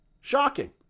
Shocking